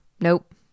Nope